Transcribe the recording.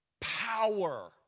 power